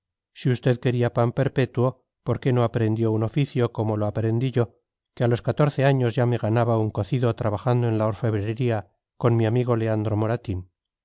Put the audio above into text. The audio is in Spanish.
si usted quería pan perpetuo por qué no aprendió un oficio como lo aprendí yo que a los catorce años ya me ganaba un cocido trabajando en la orfebrería con mi amigo leandro moratín